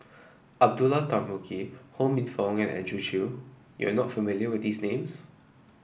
Abdullah Tarmugi Ho Minfong and Andrew Chew you are not familiar with these names